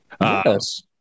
Yes